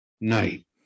night